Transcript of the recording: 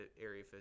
Area